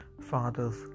fathers